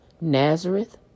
Nazareth